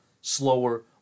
slower